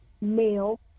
male